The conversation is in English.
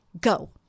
Go